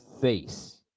face